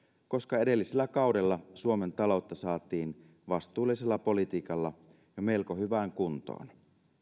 koska edellisellä kaudella suomen taloutta saatiin vastuullisella politiikalla jo melko hyvään kuntoon